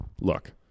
look